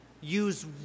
Use